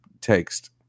text